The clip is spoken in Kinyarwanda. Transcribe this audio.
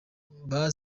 indwara